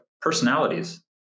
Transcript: personalities